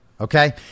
okay